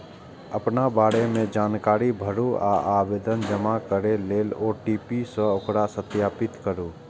अपना बारे मे जानकारी भरू आ आवेदन जमा करै लेल ओ.टी.पी सं ओकरा सत्यापित करू